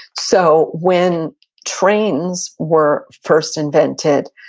so when trains were first invented,